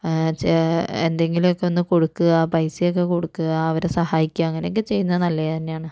ചെ എന്തെങ്കിലൊക്കെ ഒന്ന് കൊടുക്കുക പൈസയൊക്കെ കൊടുക്കുക അവരെ സഹായിക്കുക അങ്ങനെയൊക്കെ ചെയ്യുന്നത് നല്ലതു തന്നെയാണ്